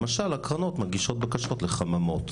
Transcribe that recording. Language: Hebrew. למשל הקרנות מגישות בקשות לחממות.